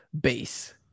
base